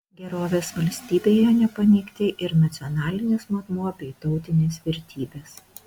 gerovės valstybėje nepaneigti ir nacionalinis matmuo bei tautinės vertybės